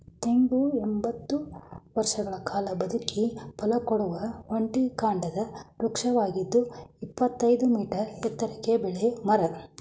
ತೆಂಗು ಎಂಬತ್ತು ವರ್ಷಗಳ ಕಾಲ ಬದುಕಿ ಫಲಕೊಡುವ ಒಂಟಿ ಕಾಂಡದ ವೃಕ್ಷವಾಗಿದ್ದು ಇಪ್ಪತ್ತಯ್ದು ಮೀಟರ್ ಎತ್ತರಕ್ಕೆ ಬೆಳೆಯೋ ಮರ